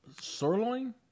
Sirloin